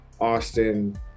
Austin